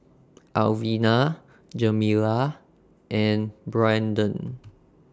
Alvina Jamila and Brandon